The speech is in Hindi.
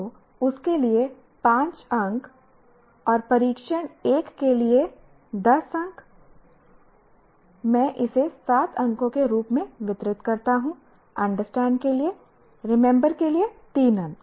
तो उस के लिए 5 अंक और परीक्षण 1 के लिए 10 अंक मैं इसे 7 अंकों के रूप में वितरित करता हूं अंडरस्टैंड के लिए रिमेंबर के लिए 3 अंक